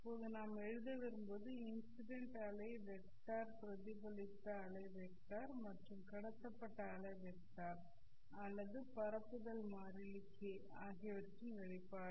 இப்போது நாம் எழுத விரும்புவது இன்சிடெண்ட் அலை வெக்டர் பிரதிபலித்த அலை வெக்டர் மற்றும் கடத்தப்பட்ட அலை வெக்டர் அல்லது பரப்புதல் மாறிலி k ஆகியவற்றின் வெளிப்பாடு